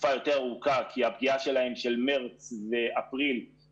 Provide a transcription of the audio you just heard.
בפועל יצאו 26 מיליארד שקלים ורובם יצאו